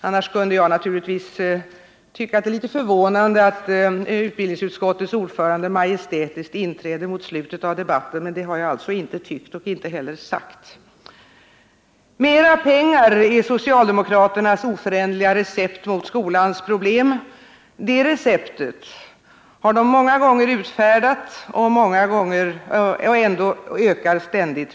Annars skulle jag naturligtvis kunna säga att jag tycker att det är litet förvånande att utbildningsutskottets ordförande majestätiskt inträder mot slutet av debatten, men det har jag alltså inte tyckt och inte heller sagt. Mera pengar är socialdemokraternas oföränderliga recept mot skolans problem. Det receptet har de många gånger utfärdat, och ändå ökar problemen ständigt.